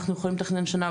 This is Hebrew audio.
אנחנו יכולים לתכנן שנה,